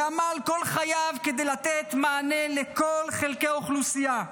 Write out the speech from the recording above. ועמל כל חייו כדי לתת מענה לכל חלקי האוכלוסייה,